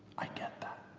i get that.